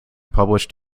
published